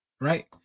Right